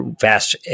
vast